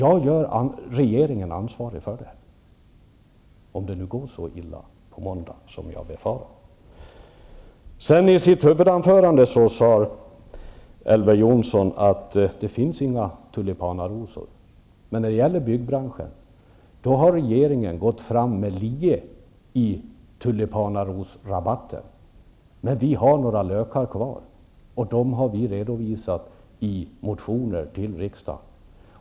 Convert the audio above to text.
Jag ger regeringen ansvaret för detta, om det nu går så illa som jag befarar. I sitt huvudanförande sade Elver Jonsson att det inte finns några tulipanarosor. Men inom byggbranschen har regeringen gått fram med lie i tulipanarosrabatten. Men vi har några lökar kvar, och dem har vi redovisat i våra motioner till riksdagen.